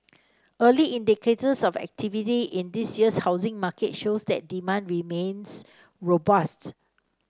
early indicators of activity in this year's housing market show that demand remains robusts